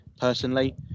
personally